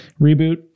reboot